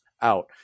out